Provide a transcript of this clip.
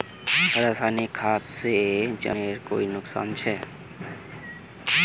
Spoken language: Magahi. रासायनिक खाद से जमीन खानेर कोई नुकसान छे?